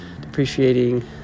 depreciating